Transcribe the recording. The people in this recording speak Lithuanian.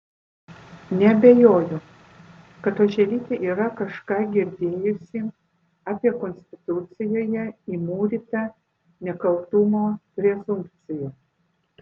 neabejoju kad oželytė yra kažką girdėjusi apie konstitucijoje įmūrytą nekaltumo prezumpciją